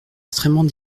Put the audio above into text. extrêmement